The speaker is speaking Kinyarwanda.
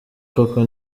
koko